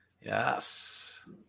yes